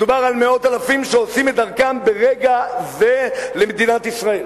מדובר על מאות אלפים שעושים את דרכם ברגע זה למדינת ישראל,